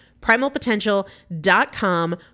Primalpotential.com